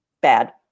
bad